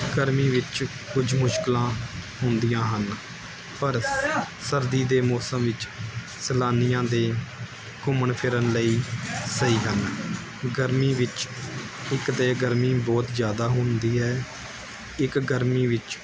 ਗਰਮੀ ਵਿੱਚ ਕੁਝ ਮੁਸ਼ਕਲਾਂ ਹੁੰਦੀਆਂ ਹਨ ਪਰ ਸਰਦੀ ਦੇ ਮੌਸਮ ਵਿੱਚ ਸੈਲਾਨੀਆਂ ਦੇ ਘੁੰਮਣ ਫਿਰਨ ਲਈ ਸਹੀ ਹਨ ਗਰਮੀ ਵਿੱਚ ਇੱਕ ਤਾਂ ਗਰਮੀ ਬਹੁਤ ਜ਼ਿਆਦਾ ਹੁੰਦੀ ਹੈ ਇੱਕ ਗਰਮੀ ਵਿੱਚ